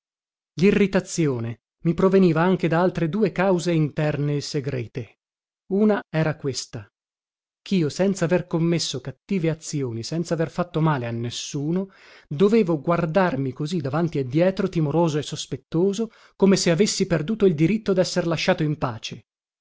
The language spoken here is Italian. lirritazione mi proveniva anche da altre due cause interne e segrete una era questa chio senza aver commesso cattive azioni senzaver fatto male a nessuno dovevo guardarmi così davanti e dietro timoroso e sospettoso come se avessi perduto il diritto desser lasciato in pace